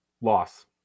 Loss